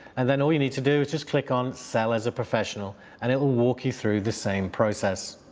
and then all you need to do is just click on sell as a professional and it will walk you through the same process.